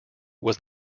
was